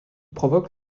provoque